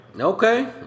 Okay